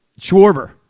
Schwarber